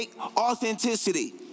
Authenticity